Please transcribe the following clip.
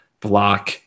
block